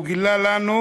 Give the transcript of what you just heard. הוא גילה לנו